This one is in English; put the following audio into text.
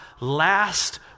last